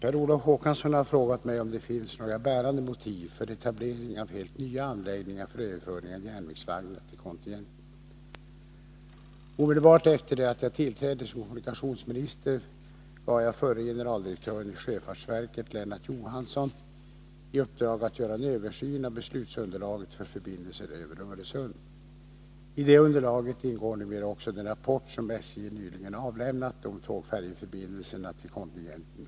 En inom SJ och på uppdrag av regeringen genomförd utredning bl.a. beträffande utformningen av tågfärjeförbindelserna till kontinenten har nyligen överlämnats till regeringen. I annat sammanhang har därefter ånyo aktualiserats förslag om byggande av nytt tågfärjeläge m.m. även detta med uppgift att betjäna överföringen av järnvägsvagnar m.m. till kontinenten. Det är ett förslag som radikalt överstiger vad som är slutsatserna i SJ-utredningen.